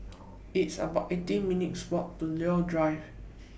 It's about eighteen minutes' Walk to Leo Drive